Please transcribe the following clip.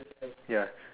ya